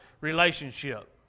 relationship